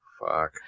Fuck